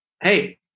hey